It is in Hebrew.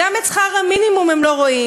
גם את שכר המינימום הם לא רואים,